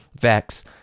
Vex